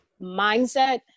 mindset